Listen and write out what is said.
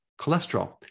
cholesterol